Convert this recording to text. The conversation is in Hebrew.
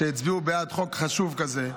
שהצביעו בעד חוק חשוב כזה,